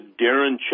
Darren